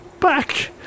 back